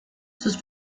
sus